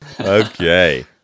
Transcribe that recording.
Okay